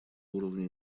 уровне